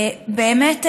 באמת,